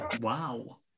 Wow